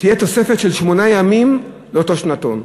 ותהיה תוספת של שמונה ימים לאותו שנתון,